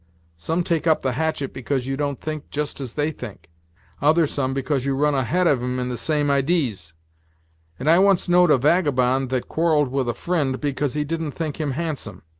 some take up the hatchet because you don't think just as they think other some because you run ahead of em in the same idees and i once know'd a vagabond that quarrelled with a fri'nd because he didn't think him handsome.